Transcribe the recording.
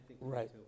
Right